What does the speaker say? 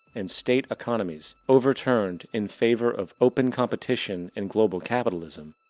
and state economies overturned in favor of open competition in global capitalism,